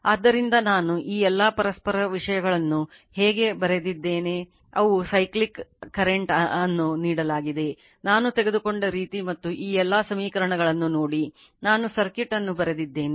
ಆದ್ದರಿಂದ ನಾನು ಈ ಎಲ್ಲ ಪರಸ್ಪರ ವಿಷಯಗಳನ್ನು ಹೇಗೆ ಬರೆದಿದ್ದೇನೆ ಅವು cyclic ಕರೆಂಟ್ ಅನ್ನು ನೀಡಲಾಗಿದೆ ನಾನು ತೆಗೆದುಕೊಂಡ ರೀತಿ ಮತ್ತು ಈ ಎಲ್ಲಾ ಸಮೀಕರಣಗಳನ್ನು ನೋಡಿ ನಾನು ಸರ್ಕ್ಯೂಟ್ ಅನ್ನು ಬರೆದಿದ್ದೇನೆ